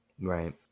Right